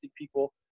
people